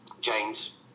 James